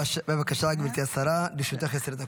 בבקשה, גברתי השרה, לרשותך עשר דקות.